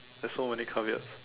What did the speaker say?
there's so many caveats